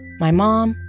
my mom,